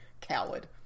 Coward